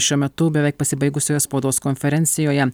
šiuo metu beveik pasibaigusioje spaudos konferencijoje